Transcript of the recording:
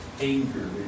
anger